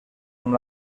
amb